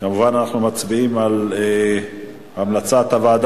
כמובן אנחנו מצביעים על המלצת הוועדה